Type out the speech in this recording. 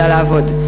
אלא לעבוד.